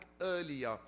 earlier